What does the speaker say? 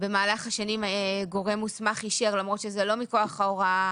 במהלך השנים גורם מוסמך אישר למרות שזה לא מכוח ההוראה